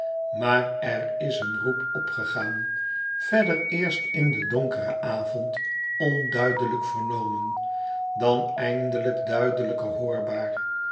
maar er is een roep opgegaan verder eerst in den donkeren avond onduidelijk vernomen dan eindelijk duidelijker hoorbaar